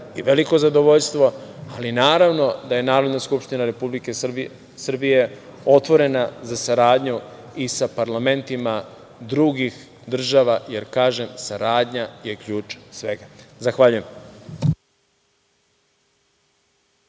i veliko zadovoljstvo, ali naravno da je Narodna skupština Republike Srbije otvorena za saradnju i sa parlamentima drugih država, jer, kažem, saradnja je ključ svega. Zahvaljujem.